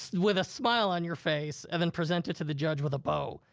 with a smile on your face. and then present it to the judge with a bow.